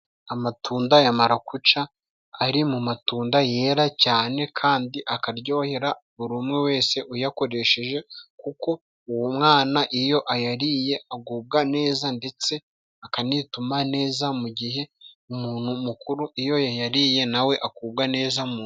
Amatunda ya marakuja ari mu matunda yera cyane, kandi akaryohera buri umwe wese uyakoresheje, kuko umwana iyo ayariye agubwa neza ndetse akanituma neza, mu gihe umuntu mukuru iyo yayariye na we agubwa neza.